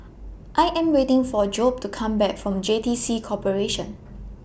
I Am waiting For Job to Come Back from J T C Corporation